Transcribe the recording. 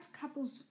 couples